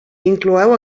incloeu